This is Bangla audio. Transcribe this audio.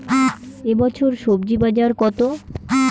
এ বছর স্বজি বাজার কত?